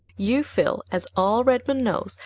you, phil, as all redmond knows,